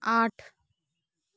आठ